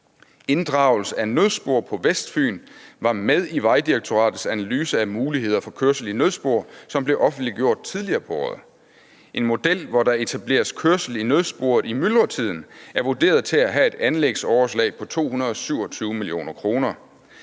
Inddragelse af nødspor på Vestfyn var med i Vejdirektoratets analyse af muligheder for kørsel i nødspor, som blev offentliggjort tidligere på året. En model, hvor der etableres kørsel i nødsporet i myldretiden, er vurderet til at have et anlægsoverslag på 227 mio. kr.,